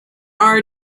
are